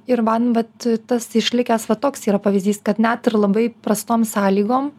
ir man vat tas išlikęs va toks yra pavyzdys kad net ir labai prastom sąlygom